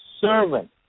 servant